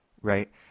Right